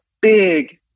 big